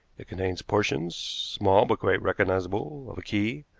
it contains portions small, but quite recognizable of a key,